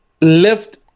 Lift